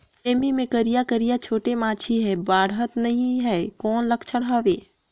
सेमी मे करिया करिया छोटे माछी हे बाढ़त नहीं हे कौन लक्षण हवय?